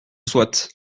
soit